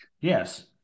yes